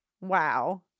Wow